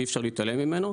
אי אפשר להתעלם ממנו,